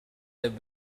have